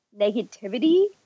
negativity